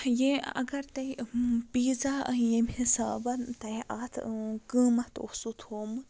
اگر تۄہہِ پیٖزا ییٚمہِ حِسابَن تۄہہِ اَتھ قۭمَتھ اوسوُ تھومُت